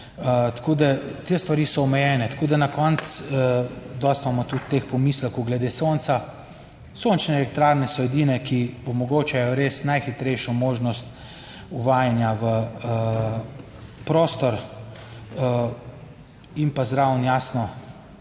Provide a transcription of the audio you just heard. Tako, da te stvari so omejene, tako da na koncu, dosti imamo tudi teh pomislekov glede sonca. Sončne elektrarne so edine, ki omogočajo res najhitrejšo možnost uvajanja v prostor in pa zraven, jasno,